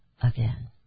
again